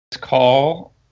call